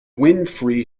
winfrey